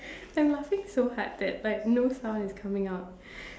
I'm laughing so hard that like no sound is coming out